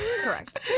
correct